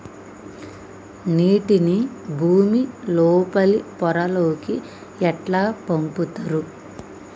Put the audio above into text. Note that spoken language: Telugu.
నీటిని భుమి లోపలి పొరలలోకి ఎట్లా పంపుతరు?